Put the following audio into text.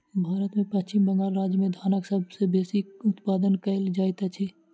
भारत में पश्चिम बंगाल राज्य में धानक सबसे बेसी उत्पादन कयल जाइत अछि